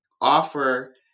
offer